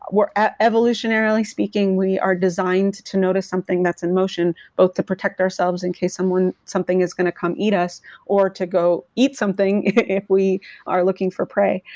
ah evolutionarily speaking, we are designed to notice something that's in motion both to protect ourselves in case someone, something is going to come eat us or to go eat something if we are looking for prey.